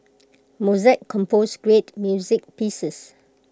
Mozart composed great music pieces